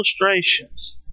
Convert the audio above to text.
illustrations